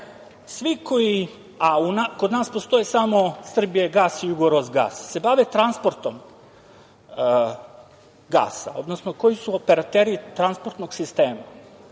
svi koji, a kod nas postoje samo „Srbijagas“ i „Jugorosgas“, se bave transportom gasa, odnosno koji su operateri transportnog sistema